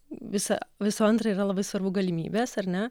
visa visų antra yra labai svarbu galimybės ar ne